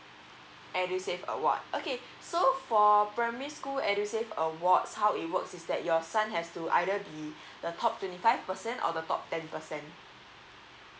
edusave award okay so for primary school edusave awards how it works is that your son has to either the the top twenty five percent or the top ten percent